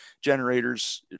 generators